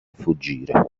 fuggire